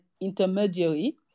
intermediary